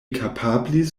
kapablis